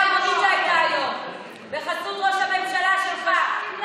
תדבר על הלוויה ההמונית שהייתה היום בחסות ראש הממשלה שלך.